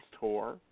tour